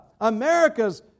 America's